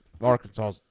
Arkansas